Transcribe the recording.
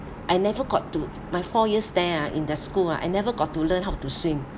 I never got to my four years there ah in the school uh I never got to learn how to swim